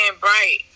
bright